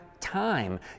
time